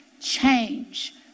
change